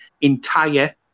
entire